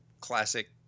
classic